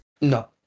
No